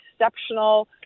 exceptional